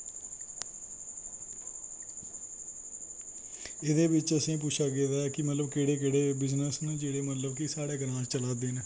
एह्दे बिच्च असेंगी पुच्छेआ गेदा कि मतलब केह्ड़े केह्ड़े बिजनस न जेह्ड़े मतलब कि साढ़े ग्रांऽ च चला दे न